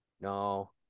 no